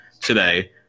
today